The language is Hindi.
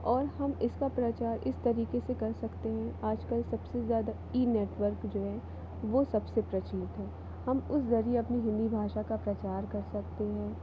और हम इसका प्रचार इस तरीके से कर सकते हैं आजकल सबसे ज़्यादा ई नेटवर्क जो है वो सबसे प्रचलित है हम उस ज़रिए अपनी हिंदी भाषा का प्रचार कर सकते हैं